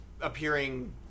appearing